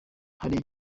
hari